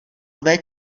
tvé